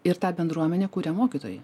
ir tą bendruomenę kuria mokytojai